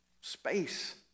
space